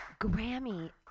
grammy